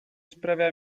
sprawia